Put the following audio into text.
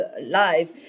live